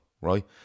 right